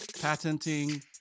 patenting